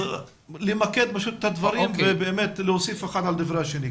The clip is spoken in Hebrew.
אני מבקש למקד את הדברים ולא לחזור על דברים שנאמרו.